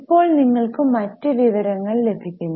ഇപ്പോൾ നിങ്ങൾക് മറ്റു വിവരങ്ങൾ ലഭിക്കുന്നു